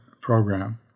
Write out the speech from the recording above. program